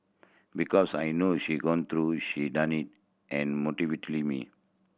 because I know she gone through she and motivate me